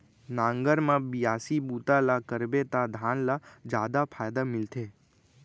नांगर म बियासी बूता ल करबे त धान ल जादा फायदा मिलथे